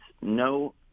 no